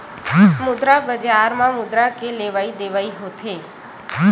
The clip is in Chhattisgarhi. मुद्रा बजार म मुद्रा के लेवइ देवइ होथे